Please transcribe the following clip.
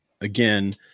again